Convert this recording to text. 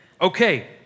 Okay